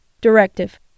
Directive